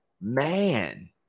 man